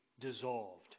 dissolved